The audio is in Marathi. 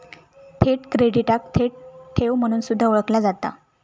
थेट क्रेडिटाक थेट ठेव म्हणून सुद्धा ओळखला जाता